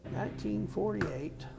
1948